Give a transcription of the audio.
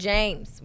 James